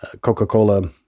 coca-cola